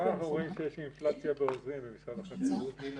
אנחנו רואים שיש אינפלציה בעוזרים במשרד החקלאות...